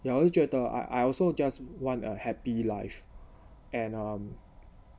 ya 我是觉得 I also just want a happy life and um